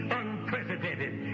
unprecedented